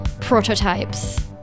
prototypes